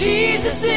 Jesus